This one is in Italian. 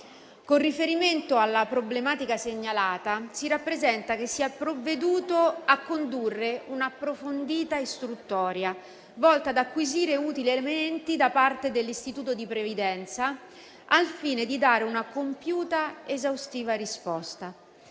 Con riferimento alla problematica segnalata, si rappresenta che si è provveduto a condurre un'approfondita istruttoria, volta ad acquisire utili elementi da parte dell'Istituto di previdenza, al fine di dare una compiuta ed esaustiva risposta.